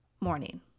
morning